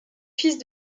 fils